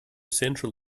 central